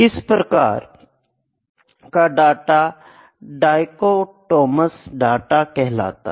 इस प्रकार का डाटा डाईकोटॉमस डाटा होता है